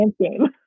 game